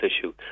issue